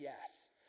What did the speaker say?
yes